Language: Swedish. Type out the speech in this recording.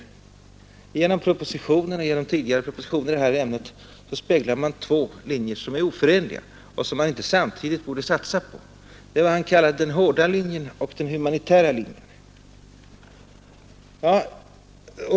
Genom den föreliggande propositionen och genom tidigare propositioner i det här ämnet visar man samtidigt två linjer som är oförenliga. Det var vad han kallade den hårda linjen och den humanitära linjen.